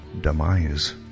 demise